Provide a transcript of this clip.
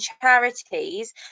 charities